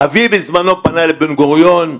אבי בזמנו פנה לבן גוריון,